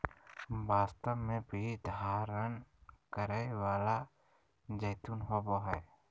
वास्तव में बीज धारण करै वाला जैतून होबो हइ